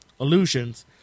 Illusions